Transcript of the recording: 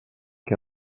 què